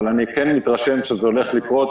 אני כן מתרשם שזה הולך לקרות.